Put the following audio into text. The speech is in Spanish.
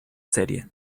serie